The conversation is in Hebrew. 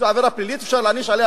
עבירה פלילית, ואפשר להעניש עליה